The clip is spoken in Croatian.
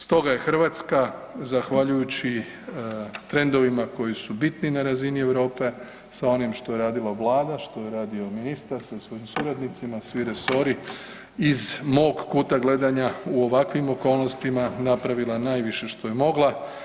Stoga je Hrvatska zahvaljujući trendovima koji su bitni na razini Europe sa onim što je radila Vlada, što je radio ministar sa svojim suradnicima, svi resori iz mog kuta gledanja u ovakvim okolnostima napravila najviše što je mogla.